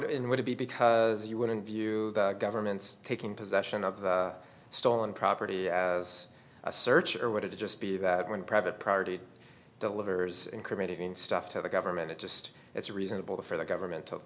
in would be because you wouldn't view the government's taking possession of the stolen property as a search or would it just be that when private property delivers incriminating stuff to the government it just it's reasonable for the government to